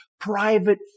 private